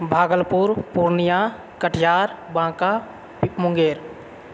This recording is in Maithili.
भागलपुर पूर्णिया कटिहार बाँका मुंगेर